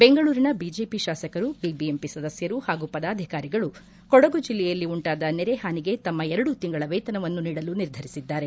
ಬೆಂಗಳೂರಿನ ಬಿಜೆಪಿ ಶಾಸಕರು ಬಿಬಿಎಂಪಿ ಸದಸ್ಕರು ಹಾಗೂ ಪದಾಧಿಕಾರಿಗಳು ಕೊಡಗು ಜಿಲ್ಲೆಯಲ್ಲಿ ಉಂಟಾದ ನೆರೆ ಹಾನಿಗೆ ತಮ್ಮ ಎರಡು ತಿಂಗಳ ವೇತನವನ್ನು ನೀಡಲು ನಿರ್ಧರಿಸಿದ್ದಾರೆ